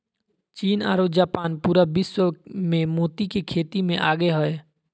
चीन आरो जापान पूरा विश्व मे मोती के खेती मे आगे हय